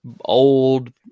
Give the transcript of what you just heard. old